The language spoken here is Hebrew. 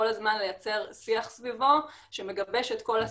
כל הזמן לייצר שיח סביבו שמגבש את כל השחקנים,